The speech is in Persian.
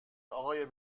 آقای